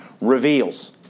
reveals